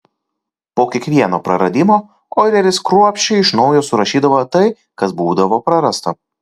po kiekvieno praradimo oileris kruopščiai iš naujo surašydavo tai kas būdavo prarasta